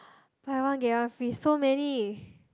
buy one get one free so many